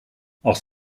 als